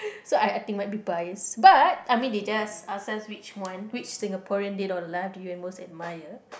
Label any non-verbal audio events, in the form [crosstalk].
[laughs] so I I think might people I guess but I mean they just access which one which Singaporean dead or alive do you most admire